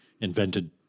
invented